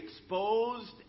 exposed